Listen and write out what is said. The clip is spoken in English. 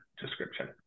description